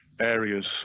areas